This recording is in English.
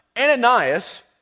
Ananias